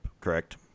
correct